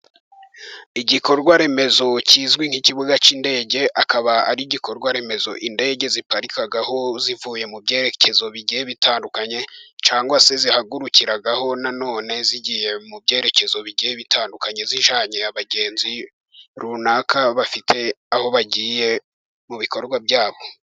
Igikorwa remezo kizwi nk'ikibuga cy'indege, akaba ari igikorwa remezo indege ziparikaho zivuye mu byerekezo bigiye bitandukanye, cyangwa se zihagurukiragaho na none zigiye mu byerekezo bigiye bitandukanye, zijanye abagenzi runaka bafite aho bagiye mu bikorwa byabo.